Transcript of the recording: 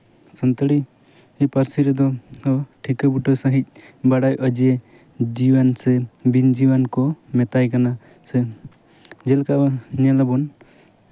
ᱥᱟᱱᱛᱟᱲᱤ ᱯᱟᱹᱨᱥᱤ ᱨᱮᱫᱚ ᱴᱷᱤᱠᱟᱹ ᱵᱩᱴᱟᱹ ᱥᱟᱺᱦᱤᱡ ᱵᱟᱲᱟᱭᱚᱜᱼᱟ ᱡᱮ ᱡᱤᱣᱤᱭᱟᱱ ᱥᱮ ᱵᱤᱱ ᱡᱤᱣᱤᱭᱟᱱ ᱠᱚ ᱢᱮᱛᱟᱭ ᱠᱟᱱᱟ ᱡᱮᱞᱠᱟ ᱧᱮᱞ ᱟᱵᱚᱱ